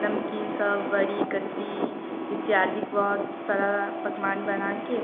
नमकीन सावरी कचरी इत्यादि बहुत सारा पकवान बनाकर